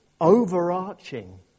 overarching